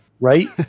right